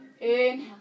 Inhale